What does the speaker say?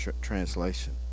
Translation